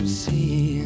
see